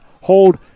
hold